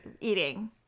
eating